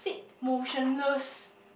motionless